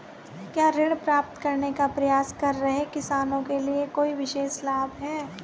क्या ऋण प्राप्त करने का प्रयास कर रहे किसानों के लिए कोई विशेष लाभ हैं?